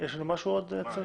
יש לנו עוד דברים?